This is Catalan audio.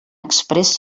exprés